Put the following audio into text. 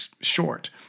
short